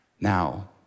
Now